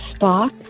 Spock